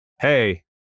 hey